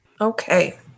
Okay